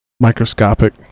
Microscopic